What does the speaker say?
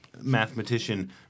Mathematician